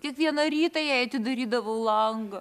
kiekvieną rytą jai atidarydavau langą